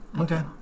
Okay